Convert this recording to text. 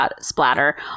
splatter